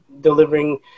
delivering